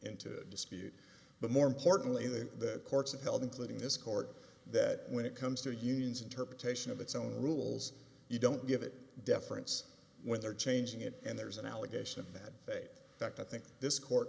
into dispute but more importantly the courts upheld including this court that when it comes to unions interpretation of its own rules you don't give it deference when they're changing it and there's an allegation that say that i think this court